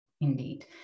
indeed